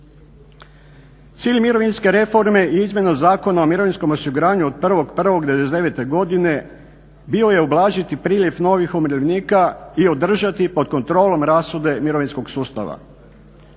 Cilj mirovinske reforme i izmjena zakona o mirovinskom osiguranju od 1.1.99. godine bio je ublažiti priljev novih umirovljenika i održati pod kontrolom rasude mirovinskog sustava.